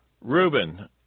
Reuben